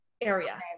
area